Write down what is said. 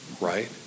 right